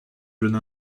jeune